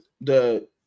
The-